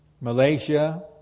Malaysia